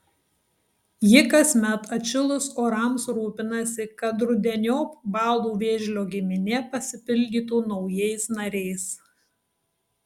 ji kasmet atšilus orams rūpinasi kad rudeniop balų vėžlio giminė pasipildytų naujais nariais